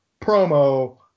promo